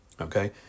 Okay